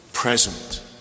Present